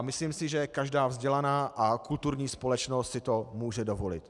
Myslím si, že každá vzdělaná a kulturní společnost si to může dovolit.